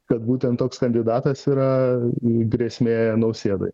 kad būtent toks kandidatas yra grėsmė nausėdai